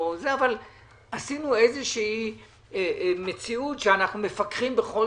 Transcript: עשינו איזושהי מציאות שאנחנו מפקחים בכל